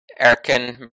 Erkin